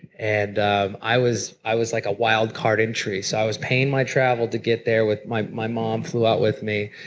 and um i was i was like a wildcard entry. so i was paying my travel to get there. my my mom flew out with me.